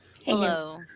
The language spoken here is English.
hello